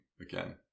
again